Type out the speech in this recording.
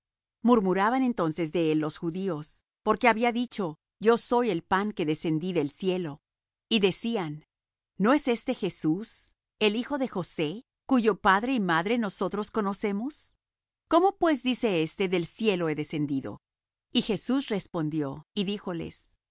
murmuraban entonces de él los judíos porque había dicho yo soy el pan que descendí del cielo y decían no es éste jesús el hijo de josé cuyo padre y madre nosotros conocemos cómo pues dice éste del cielo he descendido y jesús respondió y díjoles